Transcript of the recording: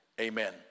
amen